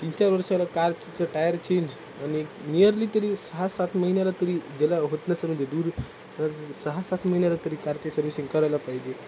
तीन चार वर्षाला कारचं टायर चेंज आणि निअरली तरी सहा सात महिन्याला तरी ज्याला होत नसेल म्हणजे दूर सहा सात महिन्याला तरी कारची सर्विसिंग करायला पाहिजे